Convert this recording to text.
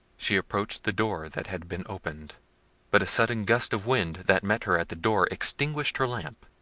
she approached the door that had been opened but a sudden gust of wind that met her at the door extinguished her lamp,